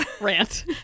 rant